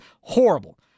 Horrible